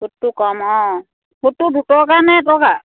সুতটো কম অঁ সুতটো দুটকা নে এটকা